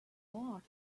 art